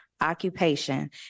occupation